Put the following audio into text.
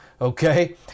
Okay